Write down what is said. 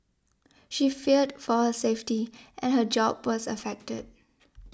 she feared for her safety and her job was affected